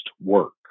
work